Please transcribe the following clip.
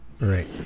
Right